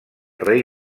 rei